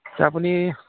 এতিয়া আপুনি